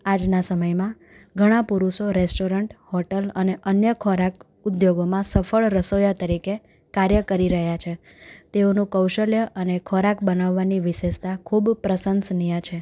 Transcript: આજના સમયમાં ઘણા પુરુષો રેસ્ટોરન્ટ હોટલ અને અન્ય ખોરાક ઉદ્યોગોમાં સફળ રસોઈયા તરીકે કાર્ય કરી રહ્યા છે તેઓનું કૌશલ્ય અને ખોરાક બનાવવાની વિશેષતા ખૂબ પ્રશંસનીય છે